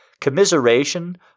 commiseration